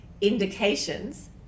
indications